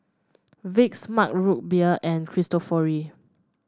Vicks Mug Root Beer and Cristofori